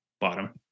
bottom